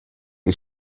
ich